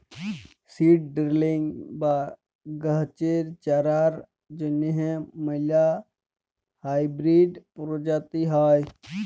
seed drilling বা গাহাচের চারার জ্যনহে ম্যালা হাইবিরিড পরজাতি হ্যয়